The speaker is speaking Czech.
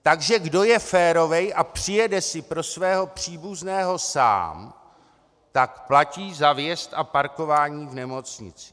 Takže kdo je férový a přijede si pro svého příbuzného sám, tak platí za vjezd a parkování v nemocnici.